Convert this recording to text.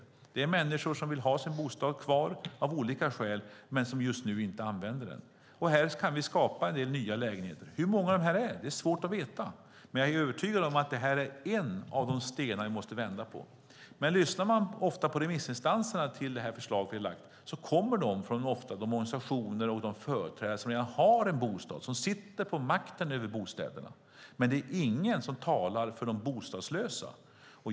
Det är fråga om människor som av olika skäl vill ha kvar sin bostad men som just nu inte använder den. Här kan vi skapa nya lägenheter. Hur många det är fråga om är svårt att veta, men jag är övertygad om att det är en av de stenar vi måste vända på. Dessa kommentarer kommer från remissinstanser som representerar organisationer som redan har en bostad, som sitter på makten över bostäderna. Men ingen talar för de bostadslösa.